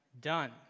done